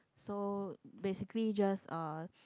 so basically just uh